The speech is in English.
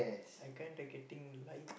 I kinda getting light